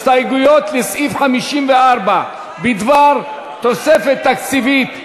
הסתייגויות לסעיף 54 בדבר תוספת תקציבית.